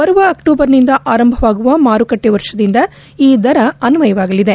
ಬರುವ ಅಕ್ಕೋಬರ್ನಿಂದ ಆರಂಭವಾಗುವ ಮಾರುಕಟ್ಟೆ ವರ್ಷದಿಂದ ಈ ದರ ಅನ್ವಯವಾಗಲಿದೆ